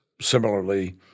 similarly